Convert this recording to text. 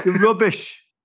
rubbish